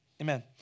Amen